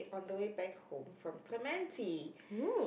on the way back home from Clementi